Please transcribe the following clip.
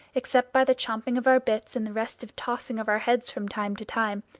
except by the champing of our bits, and the restive tossing of our heads from time to time,